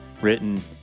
written